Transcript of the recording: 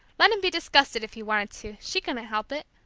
let him be disgusted if he wanted to, she couldn't help it!